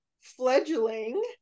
fledgling